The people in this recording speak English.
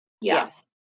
Yes